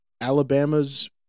Alabama's